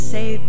say